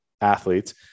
athletes